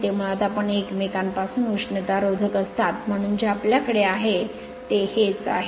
ते मुळात आपण एकमेकांपासून उष्णतारोधक असतात म्हणून जे आपल्याकडे आहे ते हेच आहे